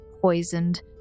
poisoned